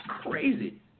crazy